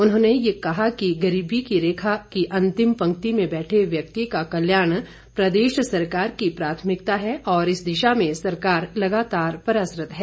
उन्होंने ये भी कहा कि गरीबी की रेखा की अंतिम पंक्ति में बैठे व्यक्ति का कल्याण प्रदेश सरकार की प्राथमिकता है और इस दिशा में सरकार लगातार प्रयासरत है